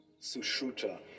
Sushruta